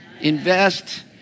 invest